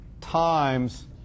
times